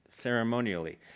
ceremonially